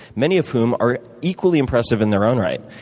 many of whom are equally impressive in their own right.